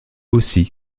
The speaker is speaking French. aussi